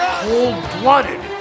cold-blooded